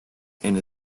and